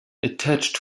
attached